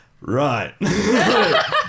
Right